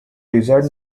desired